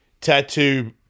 tattoo